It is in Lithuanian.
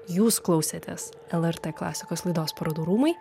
jūs klausėtės lrt klasikos laidos parodų rūmai